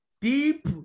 Deep